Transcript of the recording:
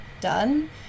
done